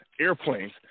airplanes